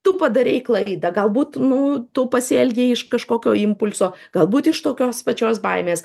tu padarei klaidą galbūt nu tu pasielgei iš kažkokio impulso galbūt iš tokios pačios baimės